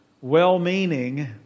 well-meaning